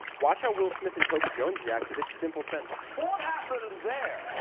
watch out will smith and toby jones react to this simple sentence. what happens there?